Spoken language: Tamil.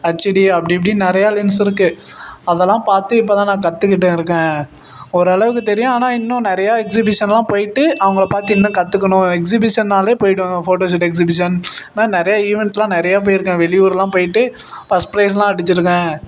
ஹச்சிடி அப்படி இப்படின்னு நிறையா லென்ஸ் இருக்குது அதெல்லாம் பார்த்து இப்போ தான் நான் கற்றுக்கிட்டே இருக்கேன் ஒரளவுக்கு தெரியும் ஆனால் இன்னும் நிறையா எக்ஸிபிஷனெலாம் போய்விட்டு அவங்கள பார்த்து இன்னும் கற்றுக்குணும் எக்ஸிபிஷன்னாலே போய்விடுவேன் ஃபோட்டோ ஷூட் எக்ஸிபிஷன் என்ன நிறைய ஈவெண்ட்செலாம் நிறைய போயிருக்கேன் வெளியூரெலாம் போய்விட்டு ஃபஸ்ட் ப்ரைஸ்ஸெலாம் அடிச்சுருக்கேன்